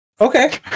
okay